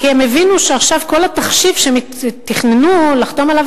כי הם הבינו שעכשיו כל התחשיב שהם תכננו לחתום עליו